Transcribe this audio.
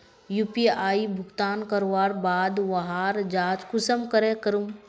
UPI भुगतान करवार बाद वहार जाँच कुंसम करे करूम?